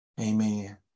Amen